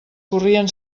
corrien